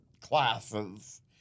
classes